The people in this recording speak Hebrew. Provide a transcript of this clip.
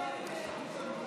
ויגידו מה טוב,